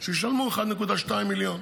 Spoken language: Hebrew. שישלמו 1.2 מיליון.